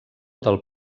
del